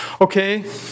Okay